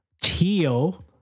teal